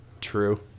True